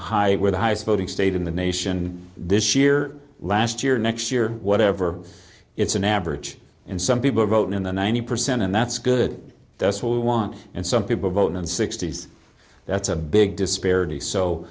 high where the highest voting state in the nation this year last year next year whatever it's an average and some people vote in the ninety percent and that's good that's what we want and some people vote and sixty's that's a big disparity so